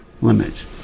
limits